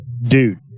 Dude